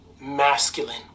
masculine